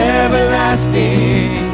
everlasting